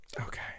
okay